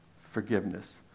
forgiveness